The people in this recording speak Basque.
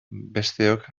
besteok